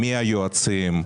מי היועצים?